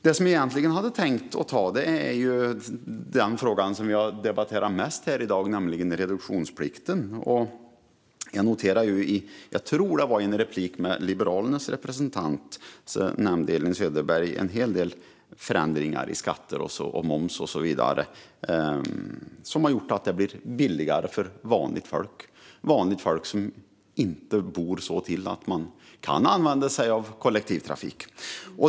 Det jag egentligen hade tänkt ta upp handlar om den fråga vi har debatterat mest här i dag, nämligen reduktionsplikten. Jag noterade att Elin Söderberg - jag tror att det var i en replik till Liberalernas representant - nämnde en hel del förändringar i skatter, moms och så vidare som har gjort att det blivit billigare för vanligt folk som inte bor så till att de kan använda sig av kollektivtrafik.